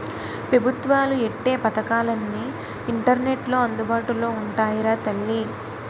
పెబుత్వాలు ఎట్టే పదకాలన్నీ ఇంటర్నెట్లో అందుబాటులో ఉంటాయిరా తల్లీ